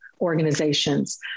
organizations